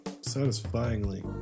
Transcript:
Satisfyingly